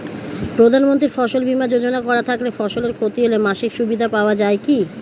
প্রধানমন্ত্রী ফসল বীমা যোজনা করা থাকলে ফসলের ক্ষতি হলে মাসিক সুবিধা পাওয়া য়ায় কি?